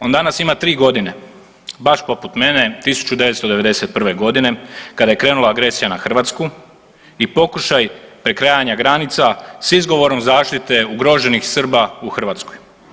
On danas ima 3 godine, baš poput mene 1991. g. kada je krenula agresija na Hrvatsku i pokušaj prekrajanja granica s izgovorom zaštite ugroženih Srba u Hrvatskoj.